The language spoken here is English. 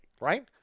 right